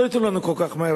לא ייתנו לנו כל כך מהר,